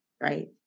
right